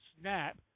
snap